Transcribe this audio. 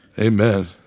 amen